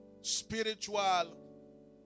Spiritual